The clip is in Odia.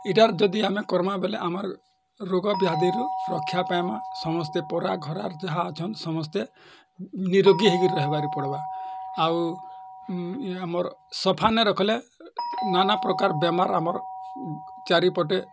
ଇଟାର ଯଦି ଆମେ କର୍ମା ବେଲେ ଆମର୍ ରୋଗ ବ୍ୟାଧିରୁ ରକ୍ଷା ପାଇମା ସମସ୍ତେ ପରା ଘରା ଯାହା ଅଛନ୍ ସମସ୍ତେ ନିରୋଗୀ ହେଇକିରି ରହିବାର୍ ପଡ଼୍ବା ଆଉ ଇଏ ଆମର୍ ସଫା ନଇ ରଖିଲେ ନାନା ପ୍ରକାର ବେମାର୍ ଆମର୍ ଚାରିପଟେ